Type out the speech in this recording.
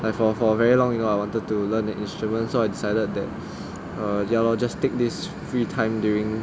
for for very long you know I wanted to learn an instrument so I decided to err ya lor just take this free time during